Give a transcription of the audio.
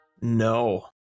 No